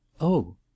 Oh